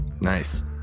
Nice